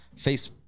Facebook